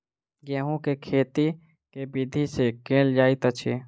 गेंहूँ केँ खेती केँ विधि सँ केल जाइत अछि?